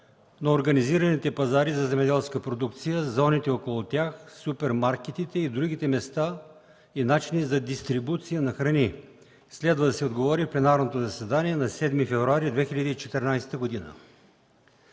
на организираните пазари за земеделска продукция, зоните около тях, супермаркетите и другите места и начини за дистрибуция на храни. Следва да се отговори в пленарното заседание на 7 февруари 2014 г.